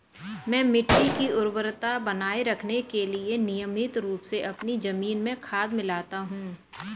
मैं मिट्टी की उर्वरता बनाए रखने के लिए नियमित रूप से अपनी जमीन में खाद मिलाता हूं